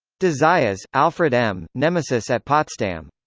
de zayas, alfred m. nemesis at potsdam.